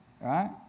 right